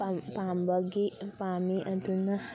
ꯄꯥꯝꯕꯒꯤ ꯄꯥꯝꯃꯤ ꯑꯗꯨꯅ